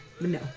no